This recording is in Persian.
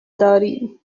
داری